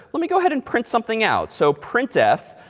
let me go ahead and print something out. so printf,